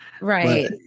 Right